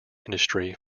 industry